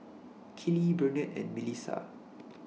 Keely Burnett and Milissa